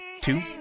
two